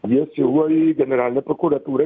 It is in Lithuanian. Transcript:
jie siūlo į generalinę prokuratūrą